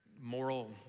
moral